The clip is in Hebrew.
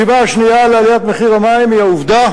הסיבה השנייה לעליית מחיר המים היא העובדה